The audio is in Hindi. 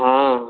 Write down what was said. हाँ